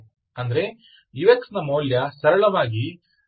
ಅಂದರೆ ux ನ ಮೌಲ್ಯ ಸರಳವಾಗಿ ξxuxu ಆಗಿದೆ